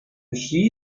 she